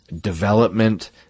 development